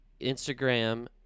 Instagram